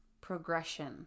progression